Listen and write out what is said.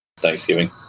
thanksgiving